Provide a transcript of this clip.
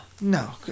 No